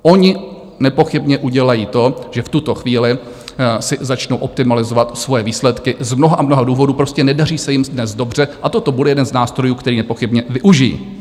Oni nepochybně udělají to, že v tuto chvíli si začnou optimalizovat svoje výsledky z mnoha a mnoha důvodů, prostě nedaří se jim dnes dobře a toto bude jeden z nástrojů, který nepochybně využijí.